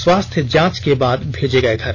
स्वास्थ्य जांच के बाद भेजे गये घर